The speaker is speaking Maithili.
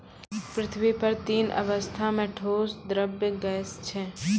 पृथ्वी पर तीन अवस्था म ठोस, द्रव्य, गैस छै